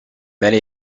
many